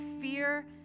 fear